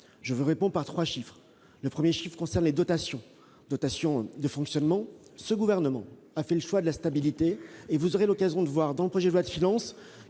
Je vous répondrai en trois chiffres. Le premier concerne les dotations de fonctionnement. Le Gouvernement a fait le choix de la stabilité, et vous aurez l'occasion de constater dans le projet de loi de finances